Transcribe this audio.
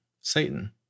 Satan